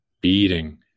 beating